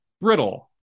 brittle